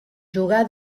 jugà